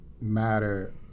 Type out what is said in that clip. matter